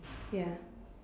ya